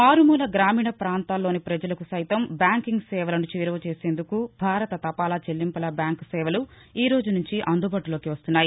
మారుమూల గ్రామీణ పాంతాల్లోని పజలకు సైతం బ్యాంకింగ్ సేవలను చేరువ చేసేందుకు భారత తపాలా చెల్లింపుల బ్యాంకు సేవలు ఈ రోజు నుంచి అందుబాటులోకి వస్తున్నాయి